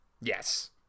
Yes